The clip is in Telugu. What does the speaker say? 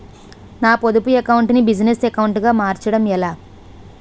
నా పొదుపు అకౌంట్ నీ బిజినెస్ అకౌంట్ గా మార్చడం ఎలా?